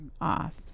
off